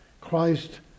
Christ